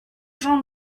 jean